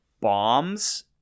bombs